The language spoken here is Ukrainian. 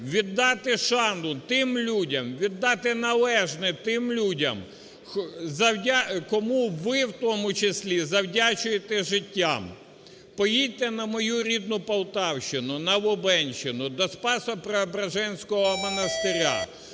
Віддати шану тим людям, віддати належне тим людям, кому ви в тому числі завдячуєте життям. Поїдьте на мою рідну Полтавщину, на Лубенщину до Спасо-Преображенського монастиря.